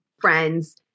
friends